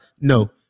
No